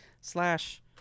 slash